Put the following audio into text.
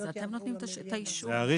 זה אתם נותנים את האישור?